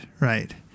right